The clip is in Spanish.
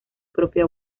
propio